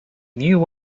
knew